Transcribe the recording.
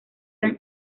han